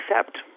accept